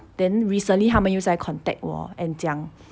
then recently 他们又在 contact 我 and 讲